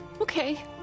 okay